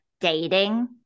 dating